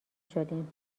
شدیم